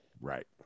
Right